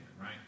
right